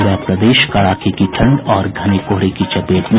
पूरा प्रदेश कड़ाके की ठंड और घने कोहरे की चपेट में